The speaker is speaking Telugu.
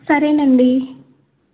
సరే అండి